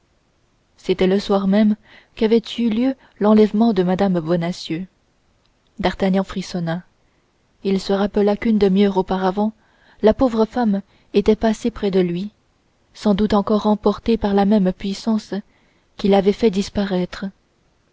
c'était le soir même qu'avait eu lieu l'enlèvement de mme bonacieux d'artagnan frissonna et il se rappela qu'une demiheure auparavant la pauvre femme était passée près de lui sans doute encore emportée par la même puissance qui l'avait fait disparaître